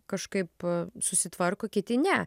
kažkaip susitvarko kiti ne